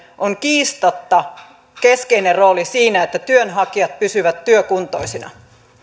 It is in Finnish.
on kiistatta keskeinen rooli siinä että työnhakijat pysyvät työkuntoisina